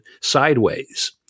sideways